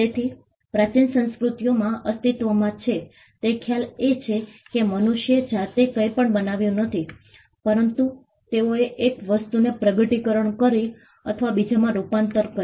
તેથી પ્રાચીન સંસ્કૃતિઓમાં અસ્તિત્વમાં છે તે ખ્યાલ એ છે કે મનુષ્યે જાતે કંઈપણ બનાવ્યું નથી પરંતુ તેઓએ 1 વસ્તુને પ્રગટીકરણ કરી અથવા બીજામાં રૂપાંતરિત કરી